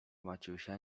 maciusia